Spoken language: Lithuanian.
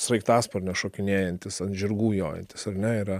sraigtasparnio šokinėjantis ant žirgų jojantis ar ne yra